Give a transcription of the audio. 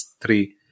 three